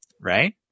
right